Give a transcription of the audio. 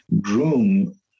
groom